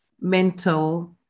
mental